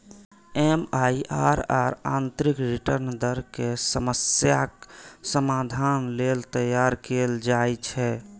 MIRR आंतरिक return दर के समस्याक समाधान लेल तैयार कैल जाइ छै